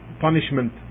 punishment